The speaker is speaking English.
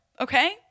Okay